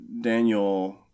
Daniel